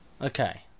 Okay